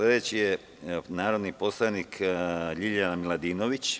Reč ima narodni poslanik Ljiljana Miladinović.